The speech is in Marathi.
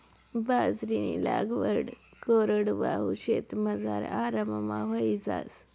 बाजरीनी लागवड कोरडवाहू शेतमझार आराममा व्हयी जास